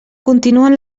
continuen